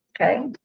Okay